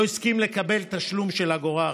לא הסכים לקבל תשלום של אגורה אחת.